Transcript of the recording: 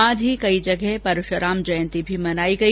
आज ही कई जगह परशुराम जयंती भी मनाई गई